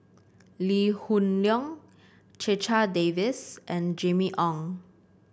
Lee Hoon Leong Checha Davies and Jimmy Ong